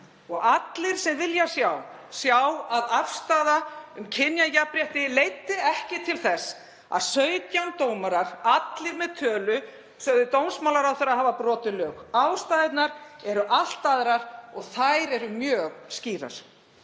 og allir sem vilja sjá að afstaða til kynjajafnréttis leiddi ekki til þess að 17 dómarar, allir með tölu, sögðu dómsmálaráðherra hafa brotið lög. Ástæðurnar eru allt aðrar og þær eru mjög skýrar.